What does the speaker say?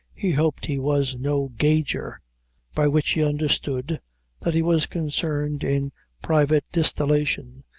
he hoped he was no gauger by which he understood that he was concerned in private distillation,